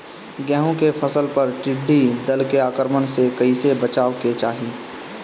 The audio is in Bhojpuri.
गेहुँ के फसल पर टिड्डी दल के आक्रमण से कईसे बचावे के चाही?